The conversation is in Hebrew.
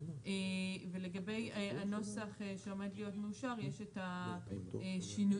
ולגבי הנוסח שעומד להיות מאושר יש את השינויים,